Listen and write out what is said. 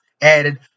added